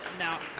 Now